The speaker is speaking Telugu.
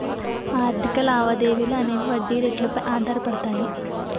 ఆర్థిక లావాదేవీలు అనేవి వడ్డీ రేట్లు పై ఆధారపడతాయి